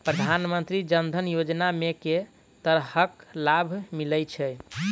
प्रधानमंत्री जनधन योजना मे केँ तरहक लाभ मिलय छै?